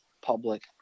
public